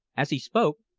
as he spoke,